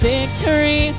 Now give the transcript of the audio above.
Victory